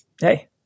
hey